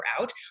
out